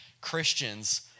Christians